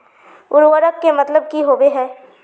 उर्वरक के मतलब की होबे है?